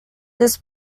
this